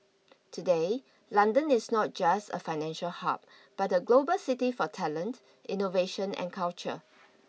today London is not just a financial hub but a global city for talent innovation and culture